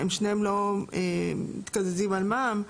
הם שניהם לא מתקזזים על מע"מ.